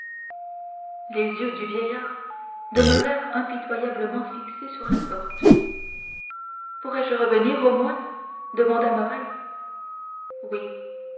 les yeux du vieillard demeurèrent impitoyablement fixés vers la porte pourrais-je revenir au moins demanda morrel oui